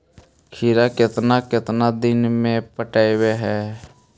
खिरा केतना केतना दिन में पटैबए है?